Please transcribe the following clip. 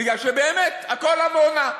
מפני שבאמת הכול עמונה.